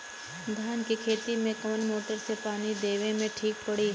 धान के खेती मे कवन मोटर से पानी देवे मे ठीक पड़ी?